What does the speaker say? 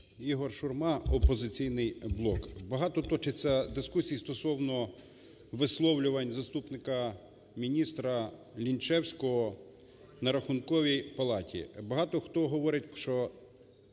ІгорШурма, "Опозиційний блок". Багато точиться дискусій стосовно висловлювань заступника міністра Лінчевського на Рахунковій палаті. Багато хто говорить, що